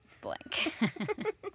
blank